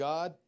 God